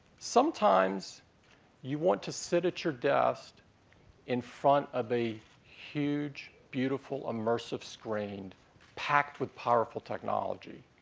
sometimes you want to sit at your desk in front of a huge beautiful immersive screen packed with powerful technology.